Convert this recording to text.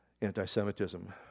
anti-Semitism